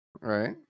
Right